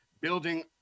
building